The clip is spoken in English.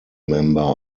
member